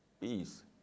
peace